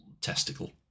testicle